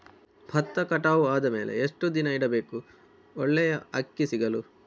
ಭತ್ತ ಕಟಾವು ಆದಮೇಲೆ ಎಷ್ಟು ದಿನ ಇಡಬೇಕು ಒಳ್ಳೆಯ ಅಕ್ಕಿ ಸಿಗಲು?